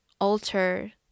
alter